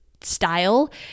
style